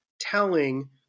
telling